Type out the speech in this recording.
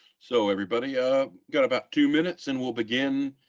so everybody ah got about two minutes and we'll begin